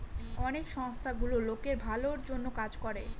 অনেক সংস্থা গুলো লোকের ভালোর জন্য কাজ করে